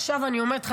עכשיו אני אומרת לך,